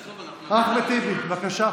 עזוב, אנחנו, אחמד טיבי, בבקשה.